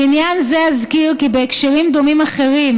לעניין זה אזכיר כי בהקשרים דומים אחרים,